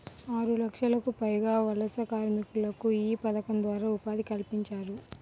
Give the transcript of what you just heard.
ఆరులక్షలకు పైగా వలస కార్మికులకు యీ పథకం ద్వారా ఉపాధి కల్పించారు